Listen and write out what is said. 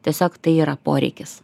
tiesiog tai yra poreikis